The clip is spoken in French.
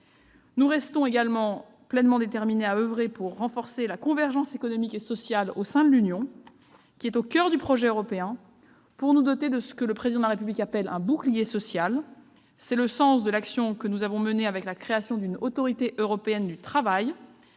nous restons déterminés à oeuvrer pour renforcer la convergence économique et sociale au sein de l'Union, qui est au coeur du projet européen, pour nous doter de ce que le Président de la République appelle un « bouclier social ». C'est le sens de l'action que nous avons menée avec la création d'une autorité européenne du travail,